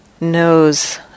knows